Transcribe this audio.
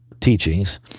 teachings